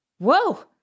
Whoa